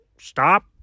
Stop